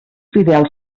fidel